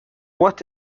what